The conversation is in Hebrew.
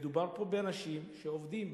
מדובר פה באנשים שעובדים.